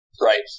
Right